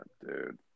Dude